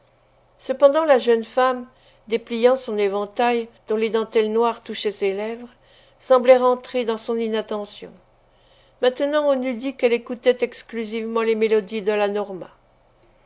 cependant la jeune femme dépliant son éventail dont les dentelles noires touchaient ses lèvres semblait rentrée dans son inattention maintenant on eût dit qu'elle écoutait exclusivement les mélodies de la norma